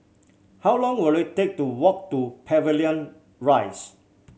how long will it take to walk to Pavilion Rise